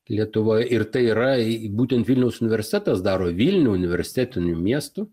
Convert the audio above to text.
lietuvoj ir tai yra būtent vilniaus universitetas daro vilnių universitetiniu miestu